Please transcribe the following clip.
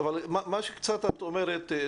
מה שאת אומרת